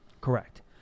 Correct